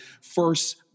first